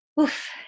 Oof